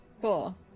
Cool